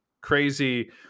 crazy